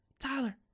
tyler